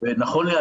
נוסף לזה,